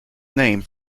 name